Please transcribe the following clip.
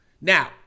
Now